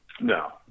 No